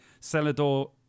Celador